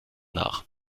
nach